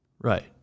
right